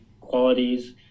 qualities